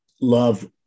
love